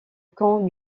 camp